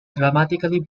dramatically